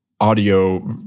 audio